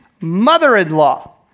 mother-in-law